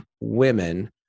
women